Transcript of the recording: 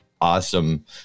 awesome